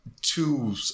two